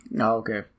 Okay